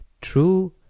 True